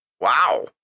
wow